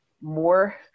more